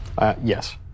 Yes